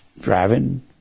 driving